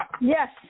Yes